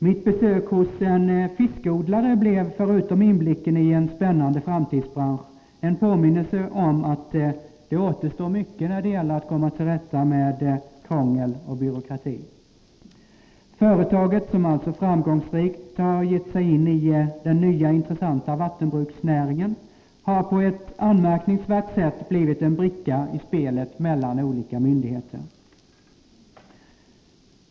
Mitt besök hos en fiskodlare blev förutom inblicken i en spännande framtidsbransch en påminnelse om att det återstår mycket när det gäller att komma till rätta med krångel och byråkrati. Företaget, som alltså framgångsrikt givit sig in i den nya intressanta vattenbruksnäringen, har på ett anmärkningsvärt sätt blivit en bricka i spelet mellan olika myndigheter.